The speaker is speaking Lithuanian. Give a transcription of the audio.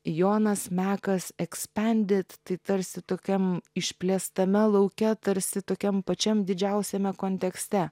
jonas mekas expanded tai tarsi tokiam išplėstame lauke tarsi tokiam pačiam didžiausiame kontekste